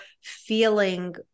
feeling